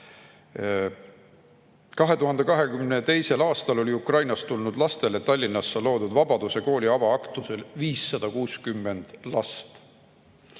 2022. aastal oli Ukrainast tulnud lastele Tallinnasse loodud Vabaduse Kooli avaaktusel 560 last.